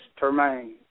Termaine